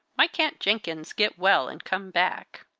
why can't jenkins get well, and come back?